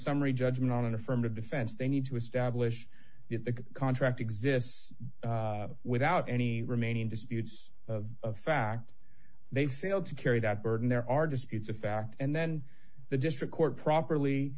summary judgment on an affirmative defense they need to establish that the contract exists without any remaining disputes the fact they failed to carry that burden there are disputes of fact and then the district court properly